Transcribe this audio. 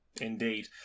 Indeed